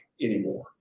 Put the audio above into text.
anymore